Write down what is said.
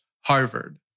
harvard